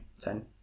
ten